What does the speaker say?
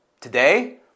Today